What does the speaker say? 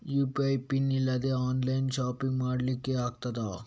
UPI pin ಇಲ್ದೆ online shopping ಮಾಡ್ಲಿಕ್ಕೆ ಆಗ್ತದಾ?